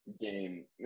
game